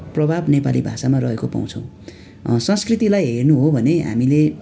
प्रभाव नेपाली भाषामा रहेको पाउँछौँ संस्कृतिलाई हेर्नु हो भने हामीले